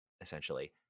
essentially